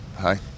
Hi